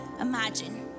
imagine